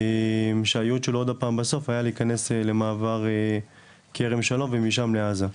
שהייעוד שלו בסוף היה להיכנס למעבר כרם שלום ומשם לעזה.